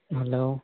hello